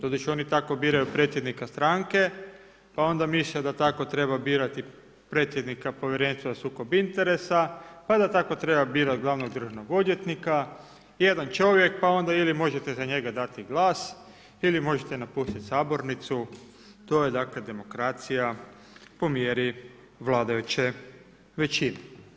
Doduše oni tako biraju predsjednika stranke, pa onda misle da tako treba birati predsjednika Povjerenstva za sukob interesa, pa da tako treba birati glavnog državnog odvjetnika, jedan čovjek pa onda ili možete za njega dati glas ili možete napustiti sabornicu, to je dakle demokracija po mjeri vladajuće većine.